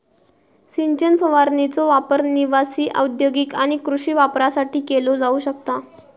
सिंचन फवारणीचो वापर निवासी, औद्योगिक आणि कृषी वापरासाठी केलो जाऊ शकता